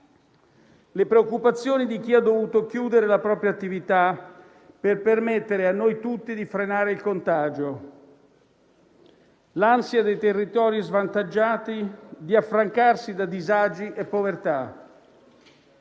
le preoccupazioni di chi ha dovuto chiudere la propria attività per permettere a noi tutti di frenare il contagio, l'ansia dei territori svantaggiati di affrancarsi da disagi e povertà,